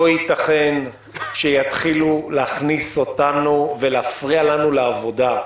לא ייתכן שיתחילו להכניס אותנו ולהפריע לנו בעבודה,